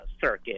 circuit